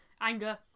anger